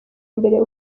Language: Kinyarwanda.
mbere